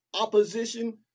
opposition